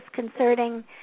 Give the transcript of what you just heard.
disconcerting